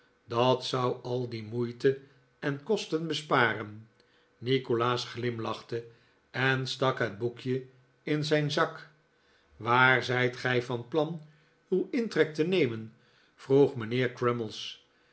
dat zou al die moeite en kosten sparen nikolaas glimlachte en stak het boekje in zijn zak waar zijt gij van plan uw intrek te nemen vroeg mijnheer